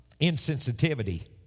insensitivity